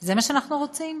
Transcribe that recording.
זה מה שאנחנו רוצים?